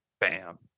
bam